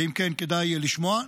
ואם כן כדאי לשמוע,